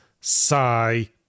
sigh